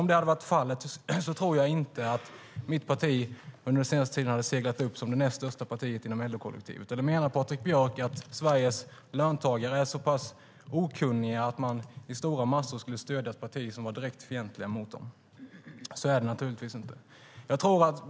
Om det hade varit fallet tror jag inte att mitt parti under den senaste tiden hade seglat upp som det näst största partiet inom LO-kollektivet. Eller menar Patrik Björck att Sveriges löntagare är så pass okunniga att de i stora massor skulle stödja ett parti som var direkt fientligt mot dem? Så är det naturligtvis inte.